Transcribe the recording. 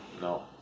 No